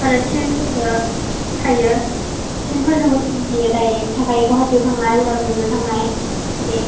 आरो ट्रैनफोरबो थायो ट्रैनफोरजोंबो दायरेक्त थाखायो गुवाहाटीयाव थांनाय उदालगुरीआव थांनाय बे